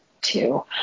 two